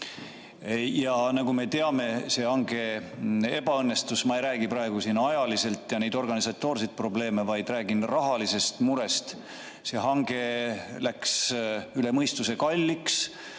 Nagu me teame, see hange ebaõnnestus. Ma ei räägi praegu siin ajalises mõttes ja organisatoorsetest probleemidest, vaid räägin rahalisest murest. See hange läks üle mõistuse kalliks.